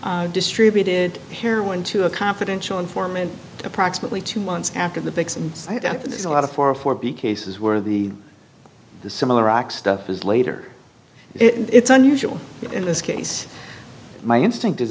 distributed heroin to a confidential informant approximately two months after the fix and that there's a lot of four or four be cases where the the similar x stuff is later it's unusual in this case my instinct is